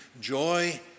Joy